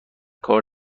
کار